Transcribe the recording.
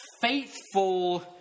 faithful